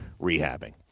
rehabbing